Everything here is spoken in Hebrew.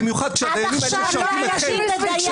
במיוחד כשהדיינים האלה משרתים אתכם.